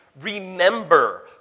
Remember